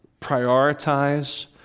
prioritize